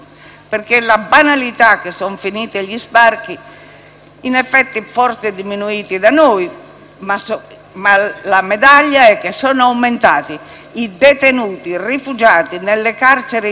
ma la medaglia è che sono aumentati i detenuti rifugiati nelle carceri libiche, sia private che pubbliche, tutte persone sottoposte a stupri e torture